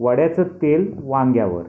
वड्याचं तेल वांग्यावर